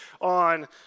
on